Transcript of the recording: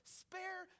spare